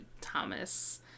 Thomas